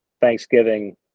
Thanksgiving